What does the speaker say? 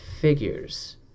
Figures